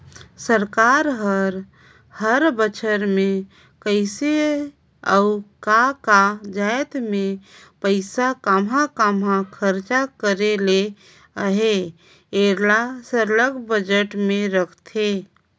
सरकार हर हर बछर में कइसे अउ का का जाएत में पइसा काम्हां काम्हां खरचा करे ले अहे एला सरलग बजट में रखथे